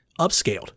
upscaled